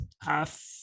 half